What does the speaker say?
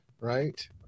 right